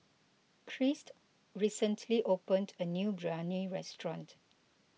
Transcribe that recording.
Christ recently opened a new Biryani restaurant